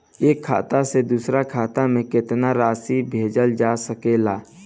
एक खाता से दूसर खाता में केतना राशि भेजल जा सके ला?